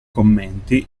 commenti